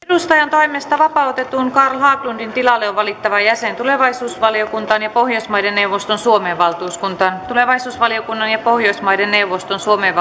edustajantoimesta vapautetun carl haglundin tilalle on valittava jäsen tulevaisuusvaliokuntaan ja pohjoismaiden neuvoston suomen valtuuskuntaan tulevaisuusvaliokunnan ja pohjoismaiden neuvoston suomen